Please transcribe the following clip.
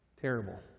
Terrible